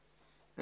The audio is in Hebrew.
התפקיד,